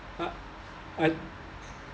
ah I